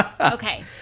Okay